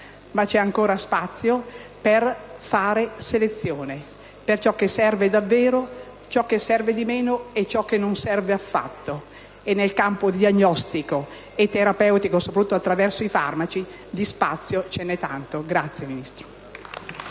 vi è ancora spazio per fare selezione per ciò che serve davvero, per ciò che serve di meno e per ciò che non serve affatto, e nel campo diagnostico e terapeutico, soprattutto attraverso i farmaci, di spazio ce n'è tanto. *(Applausi